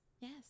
Yes